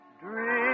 Dream